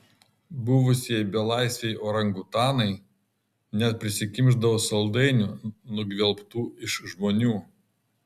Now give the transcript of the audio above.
buvusieji belaisviai orangutanai net prisikimšdavo saldainių nugvelbtų iš žmonių